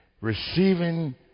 Receiving